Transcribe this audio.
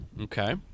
Okay